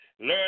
Learn